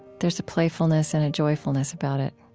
there's a playfulness and a joyfulness about it.